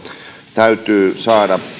täytyy saada